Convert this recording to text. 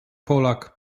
polak